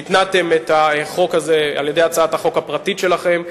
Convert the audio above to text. שהתנעתם את החוק הזה על-ידי הצעת החוק הפרטית שלכם,